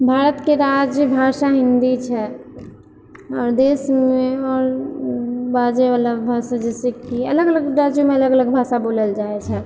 भारतके राज्यभाषा हिन्दी छै देशमे आओर बाजै बला भाषा जैसे कि अलग अलग राज्यमे अलग अलग भाषा बोलल जाय छै